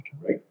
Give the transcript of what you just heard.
right